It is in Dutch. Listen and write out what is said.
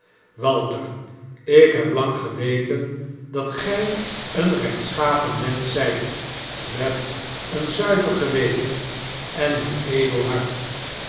walter ik heb lang geweten dat gg een rechtschapen mensch zgt met een zuiver geweten en een edel hart